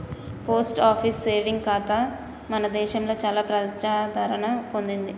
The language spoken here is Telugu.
పోస్ట్ ఆఫీస్ సేవింగ్ ఖాతా మన దేశంలో చాలా ప్రజాదరణ పొందింది